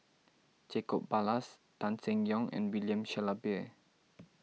Jacob Ballas Tan Seng Yong and William Shellabear